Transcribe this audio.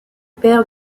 père